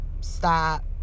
stop